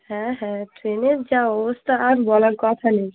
হ্যাঁ হ্যাঁ ট্রেনের যা অবস্থা আর বলার কথা নেই